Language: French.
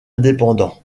indépendant